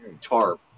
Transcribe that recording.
tarp